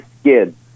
skin